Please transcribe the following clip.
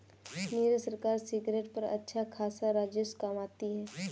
नीरज सरकार सिगरेट पर अच्छा खासा राजस्व कमाती है